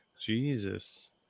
Jesus